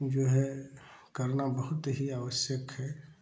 जो है करना बहुत ही आवश्यक है